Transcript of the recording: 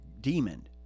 demon